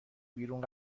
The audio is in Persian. بیرون